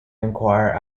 inquire